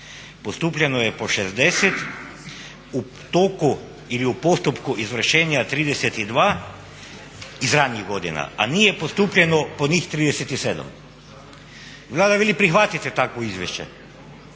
postupljeno je po 60, u toku ili u postupku izvršenja 32 iz ranijih godina, a nije postupljeno po njih 37. Vlada veli prihvatite takvo izvješće.